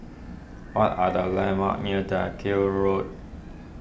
what are the landmarks near Dalkill Road